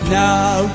now